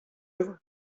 œuvre